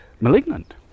malignant